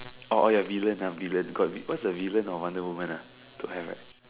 oh oh ya villain ah villain got what's the villain of the wonder-woman ah don't have right